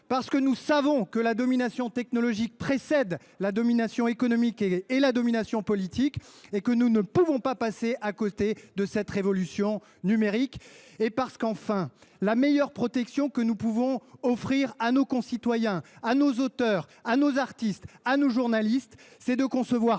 Parce que nous savons que la domination technologique précède la domination économique et politique, nous ne pouvons passer à côté de cette révolution numérique. La meilleure protection que nous puissions offrir à nos concitoyens, à nos auteurs, à nos artistes et à nos journalistes est de concevoir